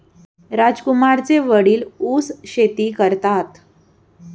राजकुमारचे वडील ऊस शेती करतात